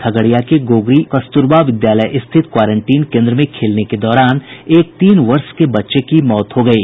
खगड़िया के गोगरी कस्तुरबा विद्यालय स्थित क्वारेंटीन केन्द्र में खेलने के दौरान एक तीन वर्ष के बच्चे की मौत हो गयी